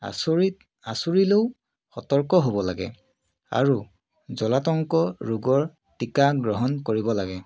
আচৰিত আঁচোৰিলেও সতৰ্ক হ'ব লাগে আৰু জলাতংক ৰোগৰ টিকা গ্ৰহণ কৰিব লাগে